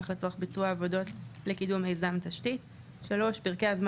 לצורך ביצוע עבודות לקידום מיזם תשתית; פרקי הזמן